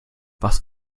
was